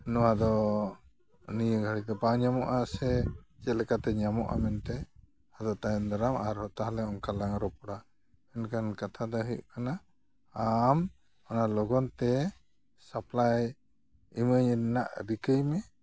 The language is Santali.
ᱱᱚᱣᱟ ᱫᱚ ᱱᱤᱭᱟᱹ ᱜᱷᱟᱹᱲᱤ ᱫᱚ ᱵᱟᱝ ᱧᱟᱢᱚᱜᱼᱟ ᱥᱮ ᱪᱮᱫᱞᱮᱠᱟ ᱛᱮ ᱧᱟᱢᱚᱜᱼᱟ ᱢᱮᱱᱛᱮ ᱟᱫᱚ ᱛᱟᱭᱚᱢ ᱫᱟᱨᱟᱢ ᱟᱨᱦᱚᱸ ᱛᱟᱦᱚᱞᱮ ᱚᱱᱠᱟ ᱞᱟᱝ ᱨᱚᱯᱚᱲᱟ ᱢᱮᱱᱠᱷᱟᱱ ᱠᱟᱛᱷᱟ ᱫᱚ ᱦᱩᱭᱩᱜ ᱠᱟᱱᱟ ᱟᱢ ᱚᱱᱟ ᱞᱚᱜᱚᱱᱛᱮ ᱥᱟᱯᱞᱟᱭ ᱤᱢᱟᱹᱧ ᱨᱮᱱᱟᱜ ᱨᱤᱠᱟᱹᱭ ᱢᱮ